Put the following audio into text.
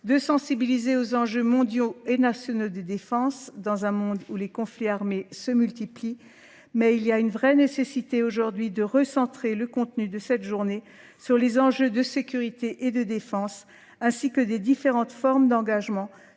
de sensibiliser aux enjeux mondiaux et nationaux de défense dans un monde où les conflits armés se multiplient. Mais il y a une vraie nécessité aujourd'hui de recentrer le contenu de cette journée sur les enjeux de sécurité et de défense, ainsi que des différentes formes d'engagement